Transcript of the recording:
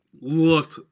looked